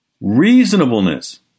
reasonableness